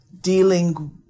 dealing